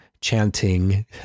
chanting